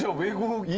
so we go